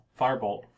firebolt